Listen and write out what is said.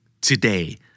today